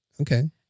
Okay